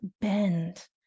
bend